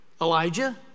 Elijah